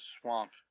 Swamp